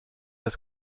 das